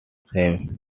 symbolic